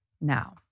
now